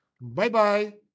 Bye-bye